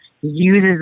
uses